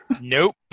nope